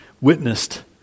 witnessed